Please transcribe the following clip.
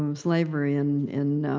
um slavery, and in